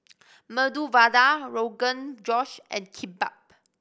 Medu Vada Rogan Josh and Kimbap